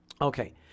Okay